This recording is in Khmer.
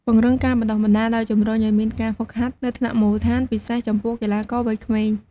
ពង្រឹងការបណ្ដុះបណ្ដាល ដោយជំរុញឲ្យមានការហ្វឹកហាត់នៅថ្នាក់មូលដ្ឋាន ពិសេសចំពោះកីឡាករវ័យក្មេង។